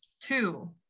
two